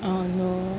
oh no